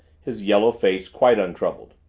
his yellow face quite untroubled.